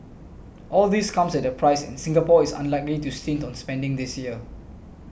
all this comes at a price and Singapore is unlikely to stint on spending this year